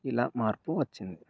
ఇలా మార్పు వచ్చింది